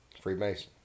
Freemason